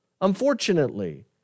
unfortunately